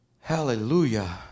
Hallelujah